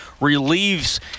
relieves